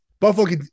Buffalo